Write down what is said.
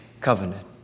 covenant